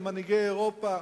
על מנהיגי אירופה,